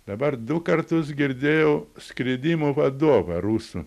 dabar du kartus girdėjau skridimų vadovą rusų